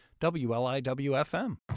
WLIWFM